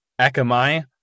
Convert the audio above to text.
Akamai